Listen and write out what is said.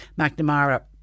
McNamara